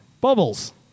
Bubbles